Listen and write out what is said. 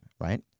right